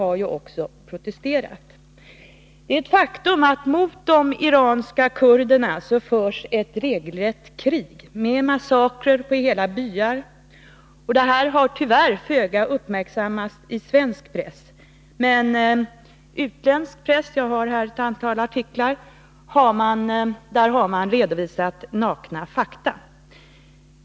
Det är ett faktum att ett regelrätt krig förs mot de iranska kurderna. Massakrer på hela byar förekommer. Tyvärr har detta föga uppmärksammats i svensk press. Men i utländsk press — jag har här ett antal artiklar — redovisar man nakna fakta.